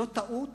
זאת טעות